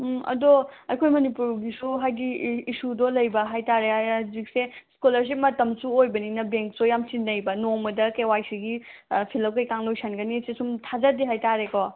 ꯎꯝ ꯑꯗꯣ ꯑꯩꯈꯣꯏ ꯃꯅꯤꯄꯨꯔꯒꯤꯁꯨ ꯍꯥꯏꯗꯤ ꯏꯁꯨꯗꯣ ꯂꯩꯕ ꯍꯥꯏ ꯇꯥꯔꯦ ꯍꯧꯖꯤꯛꯁꯦ ꯁ꯭ꯀꯣꯂꯔꯁꯤꯞ ꯃꯇꯝꯁꯨ ꯑꯣꯏꯕꯅꯤꯅ ꯕꯦꯡꯛꯁꯨ ꯌꯥꯝ ꯆꯤꯟꯅꯩꯕ ꯅꯣꯡꯃꯗ ꯀꯦ ꯋꯥꯏ ꯁꯤꯒꯤ ꯐꯤꯜꯑꯞ ꯀꯩꯀꯥ ꯂꯣꯏꯁꯤꯟꯒꯅꯤ ꯁꯦ ꯁꯨꯝ ꯊꯥꯖꯗꯦ ꯍꯥꯏꯇꯥꯔꯦ ꯀꯣ